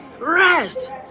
rest